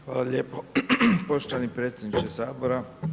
Hvala lijepo poštovani predsjedniče Sabora.